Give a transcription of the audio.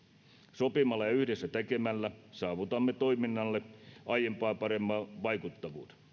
sopimalla ja yhdessä tekemällä saavutamme toiminnalle aiempaa paremman vaikuttavuuden